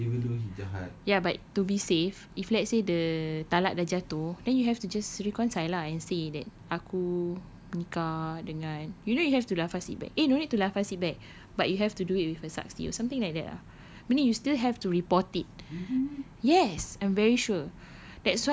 ya but ya but to be safe if let's say the talak dah jatuh then you have to just reconcile lah and say aku nikah dengan you know you have to lafaz it back eh no need to lafaz it back but you have to do it with a saksi something like that ah meaning you still have to report it yes I'm very sure